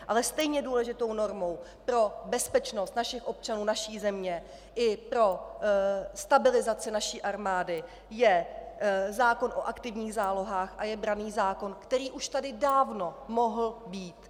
Ale stejně důležitou normou pro bezpečnost našich občanů, naší země i pro stabilizaci naší armády je zákon o aktivních zálohách a branný zákon, který tady už dávno mohl být.